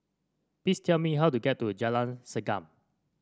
please tell me how to get to Jalan Segam